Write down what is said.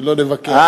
שלא נבכה על,